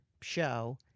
show